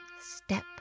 Step